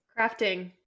crafting